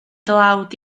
dlawd